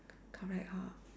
correct hor